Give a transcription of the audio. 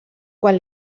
quan